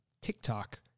TikTok